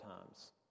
times